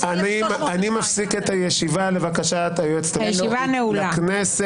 אני מפסיק את הישיבה לבקשת היועצת המשפטית לכנסת.